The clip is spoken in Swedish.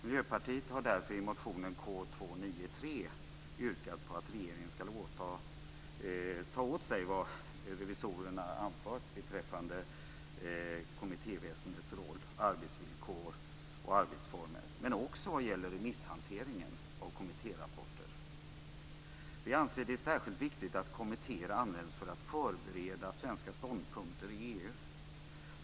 Miljöpartiet har därför i motionen K293 yrkat på att regeringen skall ta åt sig vad revisorerna anfört beträffande kommittéväsendets roll, arbetsvillkor och arbetsformer men också remisshanteringen av kommittérapporter. Vi anser att det är särskilt viktigt att kommittéer används för att förbereda svenska ståndpunkter i EU.